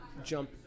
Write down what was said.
jump